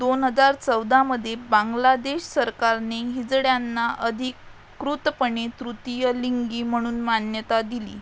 दोन हजार चौदामध्ये बांगलादेश सरकारने हिजड्यांना अधिकृतपणे तृतीयलिंगी म्हणून मान्यता दिली